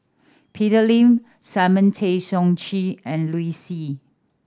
Peter Lee Simon Tay Seong Chee and Liu Si